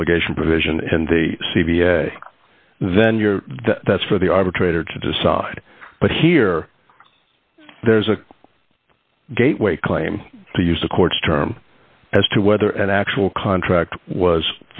the delegation provision and the c v a then you're that's for the arbitrator to decide but here there's a gateway claim to use the court's term as to whether an actual contract was